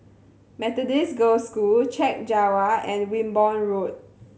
Methodist Girls' School Chek Jawa and Wimborne Road